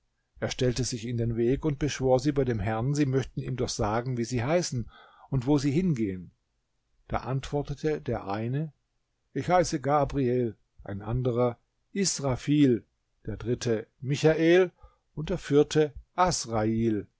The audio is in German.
er stellte sich in den weg und beschwor sie bei dem herrn sie möchten ihm doch sagen wie sie heißen und wo sie hingehen da antwortete der eine ich heiße gabriel ein anderer israfil der dritte michael und der vierte